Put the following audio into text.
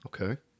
Okay